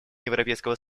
европейского